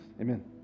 amen